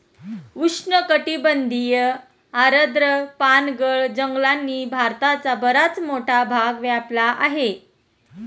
उष्णकटिबंधीय आर्द्र पानगळ जंगलांनी भारताचा बराच मोठा भाग व्यापला आहे